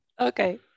okay